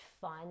fun